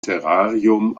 terrarium